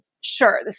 sure